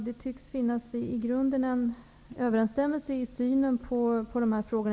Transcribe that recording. Herr talman! I synen på de här frågorna tycks det i grunden finnas en överensstämmelse.